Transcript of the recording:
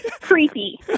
creepy